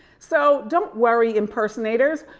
so, don't worry, impersonators.